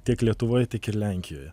tiek lietuvoje tiek ir lenkijoje